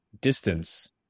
distance